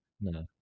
no